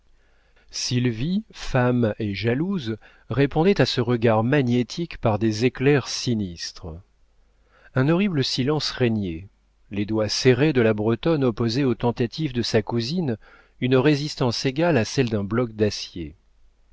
sylvie femme et jalouse répondait à ce regard magnétique par des éclairs sinistres un horrible silence régnait les doigts serrés de la bretonne opposaient aux tentatives de sa cousine une résistance égale à celle d'un bloc d'acier